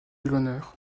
l’honneur